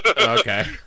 okay